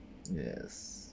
yes